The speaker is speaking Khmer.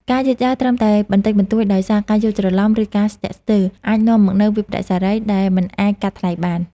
ការយឺតយ៉ាវត្រឹមតែបន្តិចបន្តួចដោយសារការយល់ច្រឡំ ឬការស្ទាក់ស្ទើរ អាចនាំមកនូវវិប្បដិសារីដែលមិនអាចកាត់ថ្លៃបាន។